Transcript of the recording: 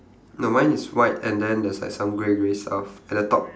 no mine is white and then there's like some grey grey stuff at the top